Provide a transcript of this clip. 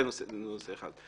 זה נושא אחד.